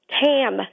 Tam